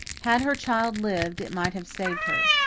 had her child lived it might have saved her.